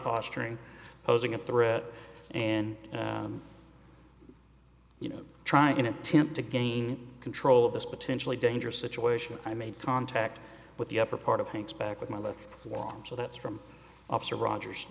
posturing posing a threat and you know try and attempt to gain control of this potentially dangerous situation i made contact with the upper part of hands back with my life was so that's from officer rogers